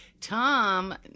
Tom